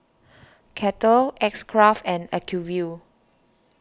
Kettle X Craft and Acuvue